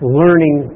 learning